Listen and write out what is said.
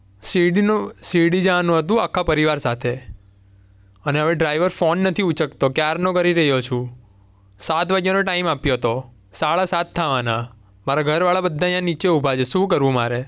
શિરડીનો શિરડી જવાનું હતું આખા પરિવાર સાથે અને હવે ડ્રાઈવર ફોન નથી ઉંચકતો ક્યારનો કરી રહ્યો છું સાત વાગ્યાનો ટાઈમ આપ્યો હતો સાડા સાત થવાના મારા ઘરવાળા બધા અહીંયાં નીચે ઊભા છે શું કરવું મારે